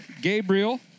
Gabriel